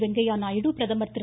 வெங்கைய நாயுடு பிரதமர் திரு